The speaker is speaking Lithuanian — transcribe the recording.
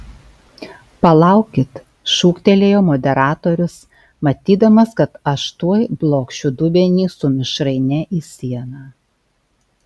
palaukit šūktelėjo moderatorius matydamas kad aš tuoj blokšiu dubenį su mišraine į sieną